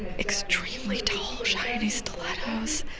extremely tall, shiny stilettos